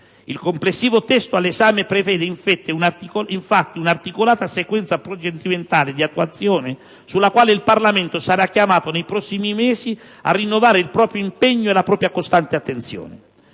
Il complessivo testo all'esame prevede infatti un'articolata sequenza procedimentale di attuazione, sulla quale il Parlamento sarà chiamato nei prossimi mesi, a rinnovare il proprio impegno e la propria costante attenzione.